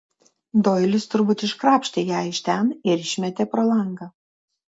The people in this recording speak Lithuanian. doilis turbūt iškrapštė ją iš ten ir išmetė pro langą